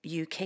UK